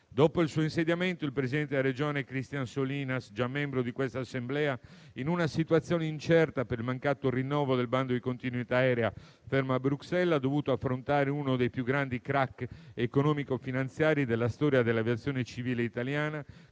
Dopo il suo insediamento, il presidente della Regione Christian Solinas, già membro di quest'Assemblea, in una situazione incerta per il mancato rinnovo del bando di continuità aerea fermo Bruxelles, ha dovuto affrontare uno dei più grandi *crack* economico-finanziari della storia dell'aviazione civile italiana,